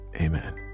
amen